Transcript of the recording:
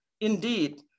indeed